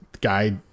guy